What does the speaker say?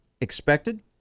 expected